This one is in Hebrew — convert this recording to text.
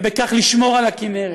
ובכך לשמור על הכינרת.